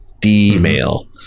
d-mail